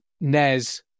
NES